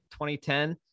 2010